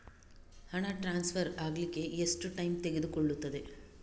ಹಣ ಟ್ರಾನ್ಸ್ಫರ್ ಅಗ್ಲಿಕ್ಕೆ ಎಷ್ಟು ಟೈಮ್ ತೆಗೆದುಕೊಳ್ಳುತ್ತದೆ?